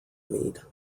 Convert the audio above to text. meet